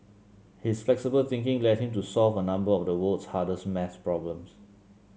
his flexible thinking led him to solve a number of the world's hardest math problems